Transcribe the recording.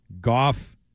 Goff